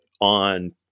on